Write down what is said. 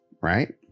right